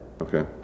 Okay